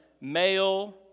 male